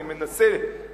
אני מנסה להבין,